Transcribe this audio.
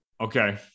Okay